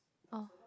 oh